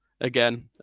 again